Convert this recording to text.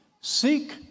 seek